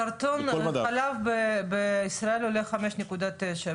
קרטון חלב בישראל עולה 5.9,